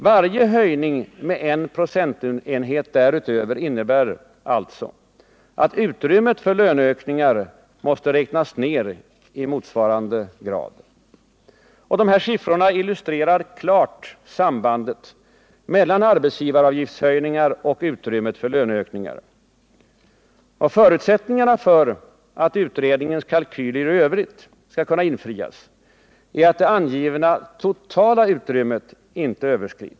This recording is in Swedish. Varje höjning med en procentenhet därutöver innebär alltså att utrymmet för löneökningar måste räknas ner i motsvarande grad. Dessa siffror illustrerar klart sambandet mellan arbetsgivaravgiftshöjningar och utrymmet för löneökningar. Och förutsättningen för att utredningens kalkyler i övrigt skall kunna infrias är att det angivna totala utrymmet inte överskrids.